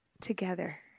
together